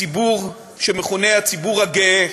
הציבור שמכונה הציבור הגאה,